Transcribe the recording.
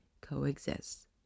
coexist